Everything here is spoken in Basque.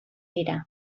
dira